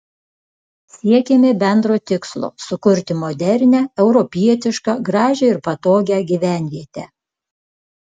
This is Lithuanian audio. siekėme bendro tikslo sukurti modernią europietišką gražią ir patogią gyvenvietę